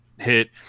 Hit